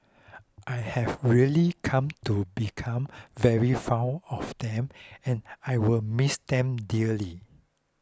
I have really come to become very fond of them and I will miss them dearly